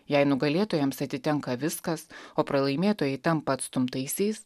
jei nugalėtojams atitenka viskas o pralaimėtojai tampa atstumtaisiais